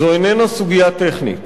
זו איננה סוגיה טכנית.